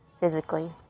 physically